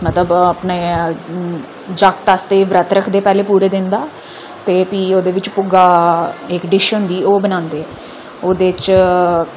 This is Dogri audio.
मतलब अपने जागत आस्तै बरत रखदे पैह्लें पूरे दिन दा फ्ही ओह्दे बिच भुग्गा इक डिश होंदी ओह् बनांदे ओह्दे च